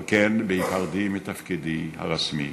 על כן, בהיפרדי מתפקידי הרשמי